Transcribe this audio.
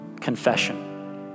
confession